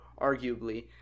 arguably